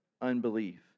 unbelief